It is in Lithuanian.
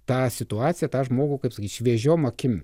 tą situaciją tą žmogų kaip sakyt šviežiom akim